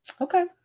Okay